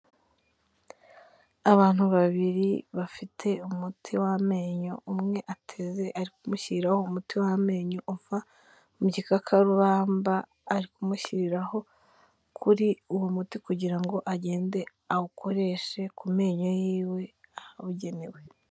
Abantu babiri bafite umuti w'amenyo umwe ateze ari kumushyiriraho umuti w'amenyo uva mu gikakarubamba, ari kumushyiriraho kuri uwo muti kugira ngo agende awukoreshe ku menyo yiwe awugenewe.